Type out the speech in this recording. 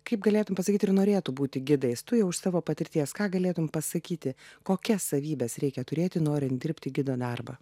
kaip galėtum pasakyt ir norėtų būti gidais tu jau iš savo patirties ką galėtum pasakyti kokias savybes reikia turėti norint dirbti gido darbą